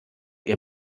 ihr